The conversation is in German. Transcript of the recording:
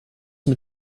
mit